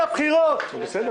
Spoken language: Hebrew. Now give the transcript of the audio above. אז תבטלו את החסינות בחוק, לא כצעד